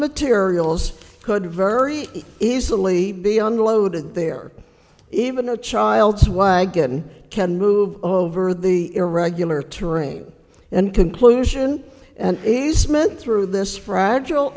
materials could very easily be unloaded there even a child's wagon can move over the irregular terrain and conclusion and easement through this fragile